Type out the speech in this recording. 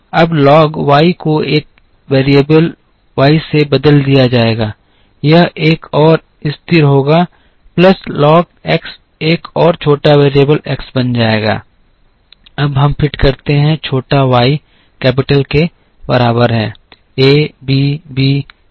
अब log y को एक वेरिएबल y से बदल दिया जाएगा यह एक और स्थिर होगा प्लस लॉग x एक और छोटा वेरिएबल x बन गया है अब हम फिट करते हैं छोटा y कैपिटल के बराबर है a b b छोटा x